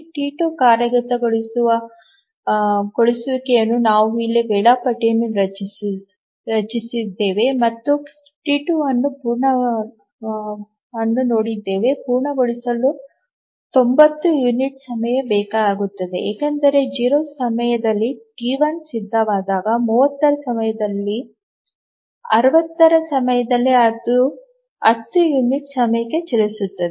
T two ಕಾರ್ಯಗತಗೊಳಿಸುವ ಪೂರ್ಣಗೊಳಿಸಲು ನಾವು ಇಲ್ಲಿ ವೇಳಾಪಟ್ಟಿಯನ್ನು ರಚಿಸಿದ್ದೇವೆ ಮತ್ತು ಟಿ 2 ಅನ್ನು ನೋಡಿದ್ದೇವೆ ಪೂರ್ಣಗೊಳಿಸಲು 90 ಯುನಿಟ್ ಸಮಯ ಬೇಕಾಗುತ್ತದೆ ಏಕೆಂದರೆ 0 ಸಮಯದಲ್ಲಿ ಟಿ 1 ಸಿದ್ಧವಾದಾಗ 30 ರ ಸಮಯದಲ್ಲಿ 60 ರ ಸಮಯದಲ್ಲಿ ಅದು 10 ಯುನಿಟ್ ಸಮಯಕ್ಕೆ ಚಲಿಸುತ್ತದೆ